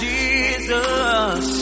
Jesus